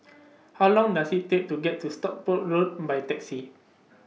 How Long Does IT Take to get to Stockport Road By Taxi